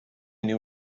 where